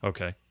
Okay